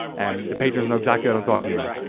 and the patrons know exactly what i'm talking about.